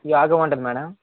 యోగా ఉంటుందా మేడం